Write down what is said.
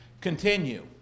continue